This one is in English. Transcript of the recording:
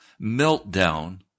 meltdown